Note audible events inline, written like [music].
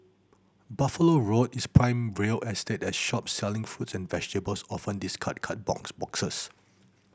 Buffalo Road is prime real estate as shops selling fruits and vegetables often discard cardboard boxes [noise]